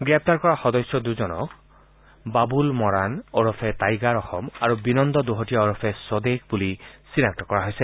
গ্ৰেপ্তাৰ কৰা সদস্য দূজন বাবুল মৰাণ ওৰফে টাইগাৰ অসম আৰু বিনন্দ দহোটীয়া ওৰফে স্বদেশ বুলি চিনাক্ত কৰা হৈছে